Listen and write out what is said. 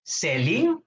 selling